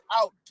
out